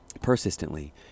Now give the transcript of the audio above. persistently